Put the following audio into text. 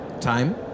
time